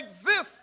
exist